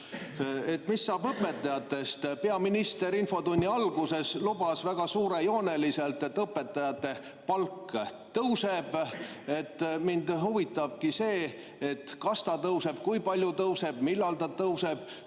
Mis saab õpetajatest? Peaminister infotunni alguses lubas väga suurejooneliselt, et õpetajate palk tõuseb. Mind huvitabki see, kas see tõuseb, kui palju tõuseb, millal tõuseb.